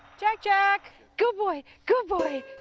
jack-jack! good boy, good boy!